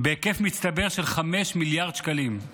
בהיקף מצטבר של 5 מיליארד שקלים.